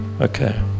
Okay